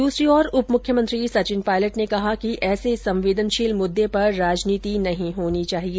दूसरी ओर उप मुख्यमंत्री सचिन पायलट ने कहा कि ऐसे संवदेनषील मुददे पर राजनीति नहीं होनी चाहिए